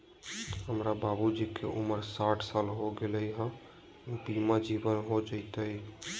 हमर बाबूजी के उमर साठ साल हो गैलई ह, जीवन बीमा हो जैतई?